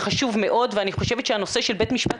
חשוב מאוד ואני חושבת שהנושא של בית משפט